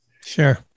Sure